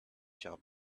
job